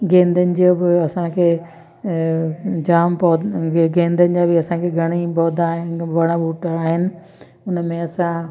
गेंदनि जो बि असांखे जाम पौधा गेंदनि जा बि असांखे घणे ई पौधा आहिनि वण बूटा आहिनि उन में असां